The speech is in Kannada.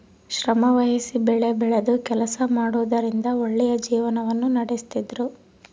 ಶ್ರಮವಹಿಸಿ ಬೆಳೆಬೆಳೆದು ಕೆಲಸ ಮಾಡುವುದರಿಂದ ಒಳ್ಳೆಯ ಜೀವನವನ್ನ ನಡಿಸ್ತಿದ್ರು